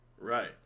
Right